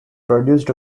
produced